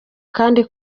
kandi